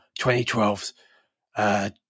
2012's